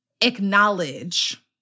acknowledge